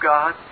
God